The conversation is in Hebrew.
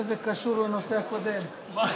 אנחנו נתחיל את הדיון, בבקשה.